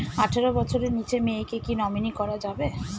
আঠারো বছরের নিচে মেয়েকে কী নমিনি করা যাবে?